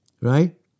Right